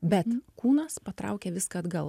bet kūnas patraukia viską atgal